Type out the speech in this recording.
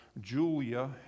Julia